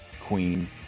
Queen